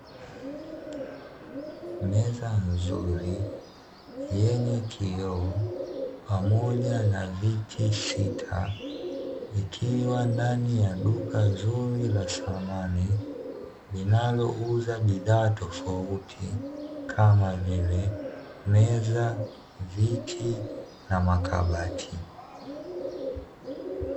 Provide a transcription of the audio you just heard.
Meza nzuri yenye kioo pamoja na viti sita, vikiwa ndani ya duka zuri la samani linalouza bidhaa tofauti kama vile meza, viti na makabati.